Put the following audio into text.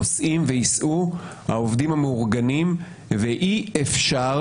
נושאים ויישאו העובדים המאורגנים ואי אפשר